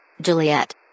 Juliet